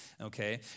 okay